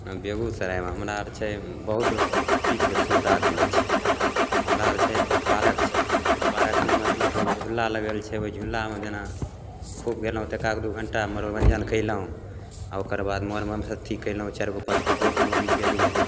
बेगूसरायमे हमरा आओर छै बहुत चीजके सुविधा देने छै हमरा आओर छै तऽ पार्क छै पार्कमे मतलब एगो झुल्ला लागल छै ओहि झुल्लामे जेना खूब गेलहुँ तऽ एक आध दुइ घण्टा मनोरञ्जन कएलहुँ आओर ओकरबाद मनोरञ्जनसे अथी कएलहुँ चारिगो पाँचगो दोस्त महिम गेलिए